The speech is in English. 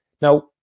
Now